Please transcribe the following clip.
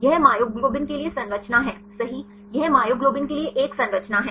यह मायोग्लोबिन के लिए संरचना है सही यह मायोग्लोबिन के लिए एक संरचना है